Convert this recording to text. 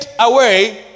away